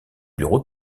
bureau